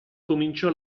cominciò